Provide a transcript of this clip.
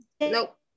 nope